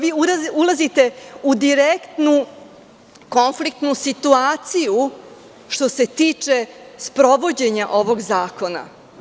Vi ulazite u direktnu konfliktnu situaciju što se tiče sprovođenja ovog zakona.